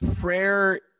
prayer